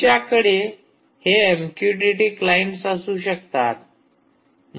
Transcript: तुमच्याकडे हे MQTT clients असू शकतात